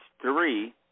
three